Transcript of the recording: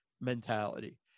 mentality